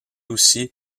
aussi